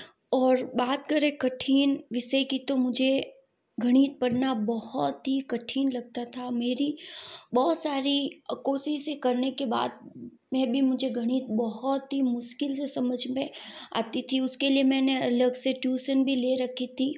और बात करें कठिन विषय की तो मुझे गणित पढ़ना बहुत ही कठीन लगता था मेरी बहुत सारी कोशिशें करने के बाद में भी मुझे गणित बहुत मुश्किल से समझ में आती थी उसके लिए मैंने अलग से ट्यूशन भी ले रखी थी